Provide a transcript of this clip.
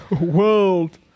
world